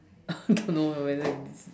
I don't whether is it